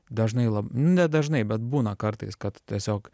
dažnai la nu ne dažnai bet būna kartais kad tiesiog